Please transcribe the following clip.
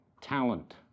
talent